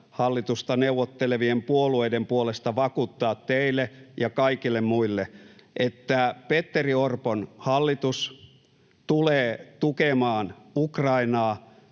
hallituksesta neuvottelevien puolueiden puolesta vakuuttaa teille ja kaikille muille, että Petteri Orpon hallitus tulee tukemaan Ukrainaa